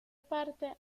parte